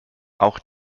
auch